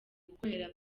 gukorera